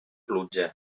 pluja